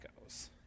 goes